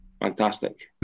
fantastic